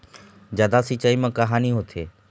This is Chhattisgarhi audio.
जादा सिचाई म का हानी होथे?